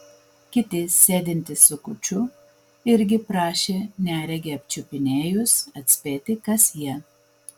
kiti sėdintys su kuču irgi prašė neregį apčiupinėjus atspėti kas jie